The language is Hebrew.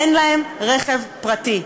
אין להן רכב פרטי.